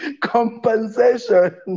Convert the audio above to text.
compensation